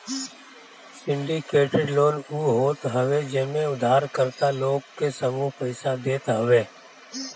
syndicated loan उ होत हवे जेमे उधारकर्ता लोग के समूह पईसा देत हवे